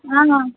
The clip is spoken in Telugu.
ఆ